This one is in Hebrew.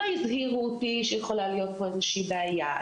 לא הזהירו אותי שיכולה להיות פה איזושהי בעיה.